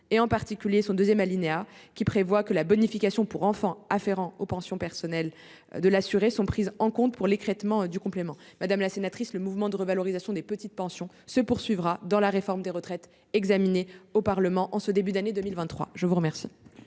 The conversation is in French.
en particulier son deuxième alinéa, qui prévoit que les bonifications pour enfant afférentes aux pensions personnelles de l'assuré sont prises en compte pour l'écrêtement du complément. Le mouvement de revalorisation des petites pensions se poursuivra dans la réforme des retraites qui sera examinée au Parlement en ce début d'année 2023. La parole